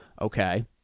okay